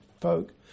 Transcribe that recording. folk